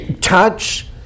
touch